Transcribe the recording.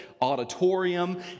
auditorium